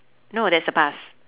no that's the past